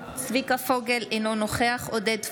אינו נוכח עודד פורר,